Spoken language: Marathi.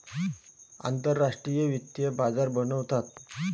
आंतरराष्ट्रीय वित्तीय बाजार बनवतात